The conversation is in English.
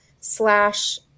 slash